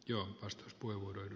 john cast kestämättömiä